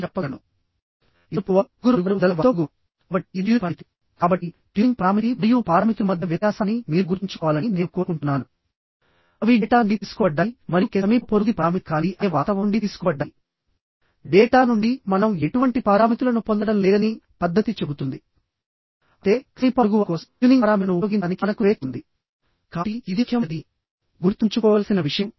అంటే ఎప్పుడైతే మనం స్టీల్ స్ట్రక్చర్స్ యొక్క డిజైన్ నేర్చుకుంటున్నామొ అప్పుడు మనం టెన్షన్ మెంబర్స్ యొక్క డిజైన్ కూడా నేర్చుకోవాలి